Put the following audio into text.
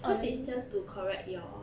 cause it's just to correct your